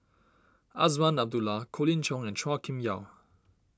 Azman Abdullah Colin Cheong and Chua Kim Yeow